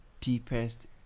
deepest